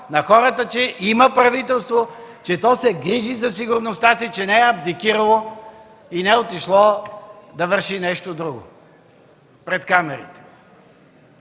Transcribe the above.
казано, че има правителство, че то се грижи за сигурността, че не е абдикирало и не е отишло да върши нещо друго, пред камерите.